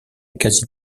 quasi